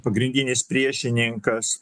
pagrindinis priešininkas